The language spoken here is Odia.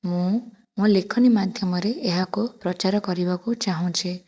ମୁଁ ମୋ ଲେଖନୀ ମାଧ୍ୟମରେ ଏହାକୁ ପ୍ରଚାର କରିବାକୁ ଚାହୁଁଛି